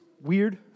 weird